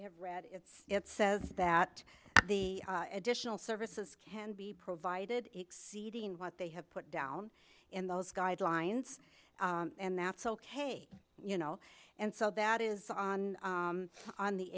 have read it says that the additional services can be provided exceeding what they have put down in those guidelines and that's ok you know and so that is on on the